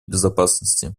безопасности